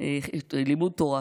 לימוד תורה.